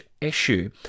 issue